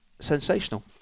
sensational